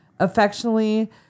affectionately